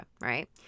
right